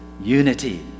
unity